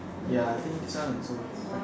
ya I think this one also quite